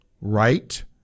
right